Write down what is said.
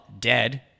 dead